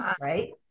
right